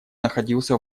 находился